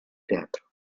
teatro